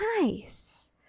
Nice